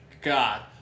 god